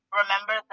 remember